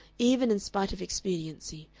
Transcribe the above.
even in spite of expediency,